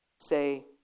say